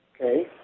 Okay